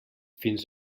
fins